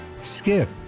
Skip